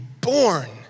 born